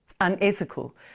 unethical